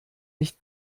nicht